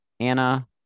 Anna